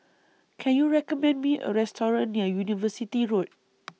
Can YOU recommend Me A Restaurant near University Road